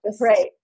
right